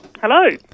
Hello